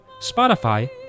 Spotify